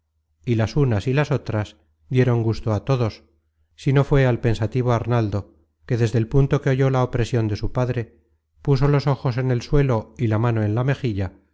y las unas y las otras dieron gusto a todos sino fué al pensativo arnaldo que desde el punto que oyó la opresion de su padre puso los ojos en el suelo y la mano en la mejilla